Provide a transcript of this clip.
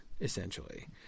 essentially